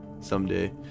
someday